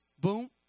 Boom